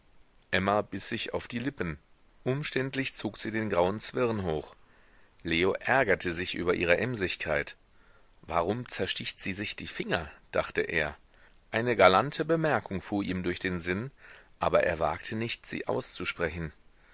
emma biß sich auf die lippen umständlich zog sie den grauen zwirn hoch leo ärgerte sich über ihre emsigkeit warum zersticht sie sich die finger dachte er eine galante bemerkung fuhr ihm durch den sinn aber er wagte nicht sie auszusprechen